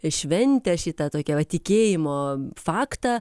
šventę šitą tokią va tikėjimo faktą